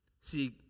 See